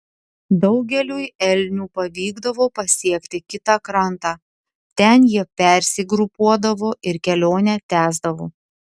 daugeliui elnių pavykdavo pasiekti kitą krantą ten jie persigrupuodavo ir kelionę tęsdavo